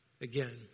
again